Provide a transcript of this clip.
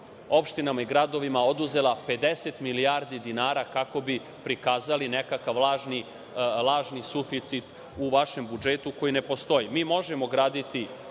opštinama i gradovima oduzela 50 milijardi dinara, kako bi prikazali nekakav lažni suficit u vašem budžetu, koji ne postoji. Mi možemo graditi